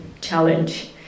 challenge